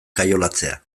kaiolatzea